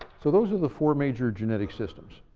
so those are the four major genetic systems.